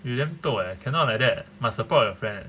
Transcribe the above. you damn toh leh cannot like that must support your friend leh